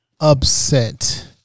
upset